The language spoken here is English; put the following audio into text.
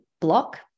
block